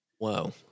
Wow